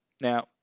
Now